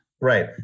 Right